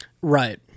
Right